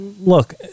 look